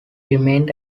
remained